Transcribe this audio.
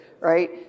right